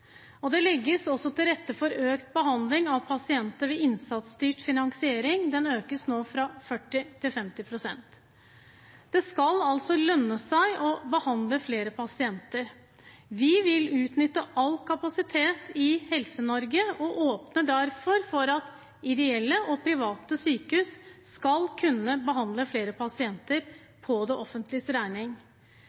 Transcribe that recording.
det. Det legges også til rette for økt behandling av pasienter ved at innsatsstyrt finansiering nå er økt fra 40 pst. til 50 pst. Det skal lønne seg å behandle flere pasienter. Vi vil utnytte all kapasitet i Helse-Norge og åpner derfor for at ideelle og private sykehus skal kunne behandle flere pasienter for det offentliges regning.